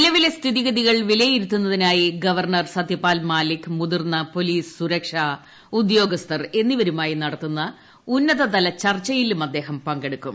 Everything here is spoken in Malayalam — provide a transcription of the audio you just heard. നിലവിലെ സ്ഥിതിഗതികൾ വിലയിരുത്തുന്നതിനായി ഗവർണർ സത്യപാൽ മാലിക് മുതിർന്ന പോലീസ് സുരക്ഷ ഉദ്യോഗസ്ഥർ എന്നിവരുമായി നടത്തുന്ന ഉന്നതതല ചർച്ചയിലും അദ്ദേഹം പങ്കെടുക്കും